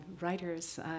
writers